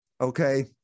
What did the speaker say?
okay